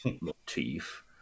motif